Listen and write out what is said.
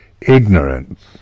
ignorance